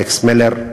אלכס מילר,